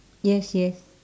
yes yes